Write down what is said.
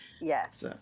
Yes